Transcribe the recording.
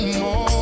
more